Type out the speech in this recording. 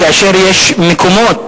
כאשר יש מקומות,